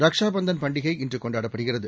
ரக்ஷா பந்தன் பண்டிகை இன்று கொண்டாடப்படுகிறது